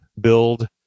build